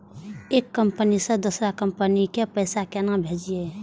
एक कंपनी से दोसर कंपनी के पैसा केना भेजये?